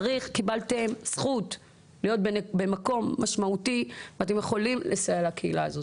קיבלתם זכות במקום מאוד משמעותי ואתם יכולים לסייע לקהילה הזו.